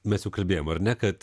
mes jau kalbėjome ar ne kad